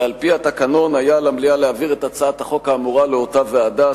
ועל-פי התקנון היה על המליאה להעביר את הצעת החוק האמורה לאותה ועדה,